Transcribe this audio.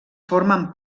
formen